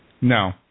No